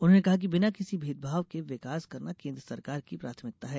उन्होंने कहा कि बिना किसी भेदभाव के विकास करना केन्द्र सरकार की प्राथमिकता है